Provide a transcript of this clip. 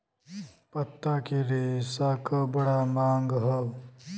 पत्ता के रेशा क बड़ा मांग हौ